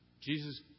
Jesus